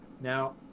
Now